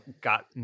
got